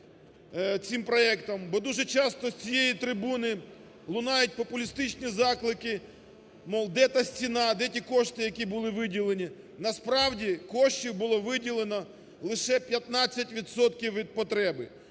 цим проектом. Бо дуже часто з цієї трибуни лунають популістичні заклики, мов, де та "Стіна", де ті кошти, які були виділені. Насправді, коштів було виділено лише 15 відсотків